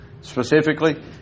specifically